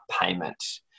payment